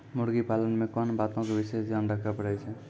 मुर्गी पालन मे कोंन बातो के विशेष ध्यान रखे पड़ै छै?